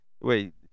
wait